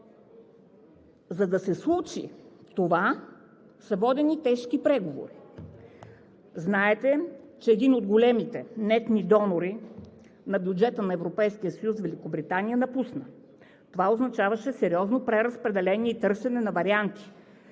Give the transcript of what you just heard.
За да се случи това, са водени тежки преговори. Знаете, че един от големите нетни донори на бюджета на Европейския съюз – Великобритания – напусна. Това означаваше сериозно преразпределение и търсене на варианти